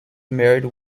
married